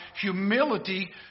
humility